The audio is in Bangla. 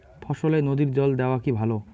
ফসলে নদীর জল দেওয়া কি ভাল?